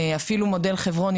אפילו מודל חברוני,